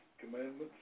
commandments